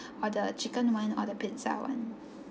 or the chicken one or the pizza one